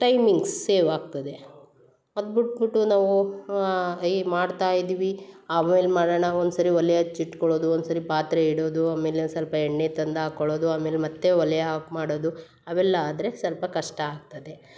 timings save ಆಗ್ತದೆ ಅದು ಬಿಟ್ಬುಟ್ಟು ನಾವು ಏ ಮಾಡ್ತಾ ಇದೀವಿ ಆಮೇಲೆ ಮಾಡೋಣ ಒಂದ್ಸರಿ ಒಲೆ ಹಚ್ಚಿಟ್ಕೊಳೋದು ಒಂದ್ಸರಿ ಪಾತ್ರೆ ಇಡೋದು ಆಮೇಲೆ ಒಂದು ಸ್ವಲ್ಪ ಎಣ್ಣೆ ತಂದು ಹಾಕೊಳೊದು ಆಮೇಲೆ ಮತ್ತೆ ಒಲೆ ಆಫ್ ಮಾಡೋದು ಅವೆಲ್ಲ ಆದರೆ ಸ್ವಲ್ಪ ಕಷ್ಟ ಆಗ್ತದೆ